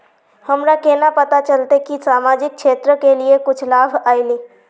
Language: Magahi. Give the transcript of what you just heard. हमरा केना पता चलते की सामाजिक क्षेत्र के लिए कुछ लाभ आयले?